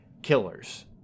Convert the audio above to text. killers